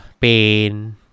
pain